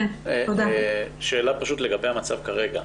לגבי המצב כרגע.